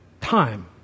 Time